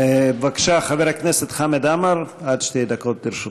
בבקשה, חבר הכנסת חמד עמאר, עד שתי דקות לרשותך.